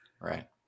Right